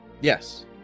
Yes